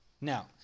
Now